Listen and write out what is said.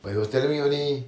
but he was telling me only